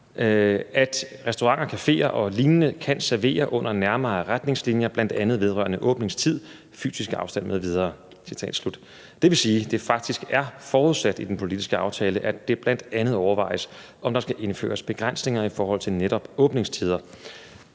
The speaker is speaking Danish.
at restauranter og cafeer og lignende kan servere under nærmere retningslinjer, bl.a. vedrørende åbningstid, fysisk afstand m.v. Det vil sige, at det faktisk er forudsat i den politiske aftale, at det bl.a. overvejes, om der skal indføres begrænsninger i forhold til netop åbningstider.